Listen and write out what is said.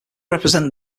represent